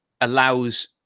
allows